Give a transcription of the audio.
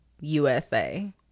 USA